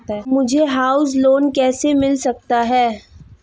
मुझे house loan कैसे मिल सकता है?